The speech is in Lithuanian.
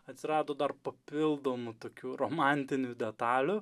atsirado dar papildomų tokių romantinių detalių